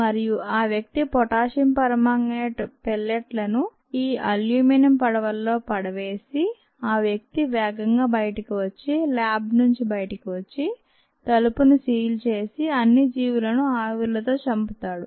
మరియు ఆ వ్యక్తి ఈ పొటాషియం పర్మాంగనేట్ పెల్లెట్లను ఈ అల్యూమినియం పడవల్లో పడవేసి ఆ వ్యక్తి వేగంగా బయటకు వచ్చి ల్యాబ్ నుంచి బయటకు వచ్చి తలుపును సీల్ చేసి అన్ని జీవులను ఆవిర్లతో చంపుతాడు